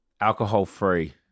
Alcohol-free